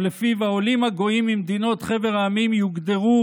ולפיו העולים הגויים ממדינות חבר העמים יוגדרו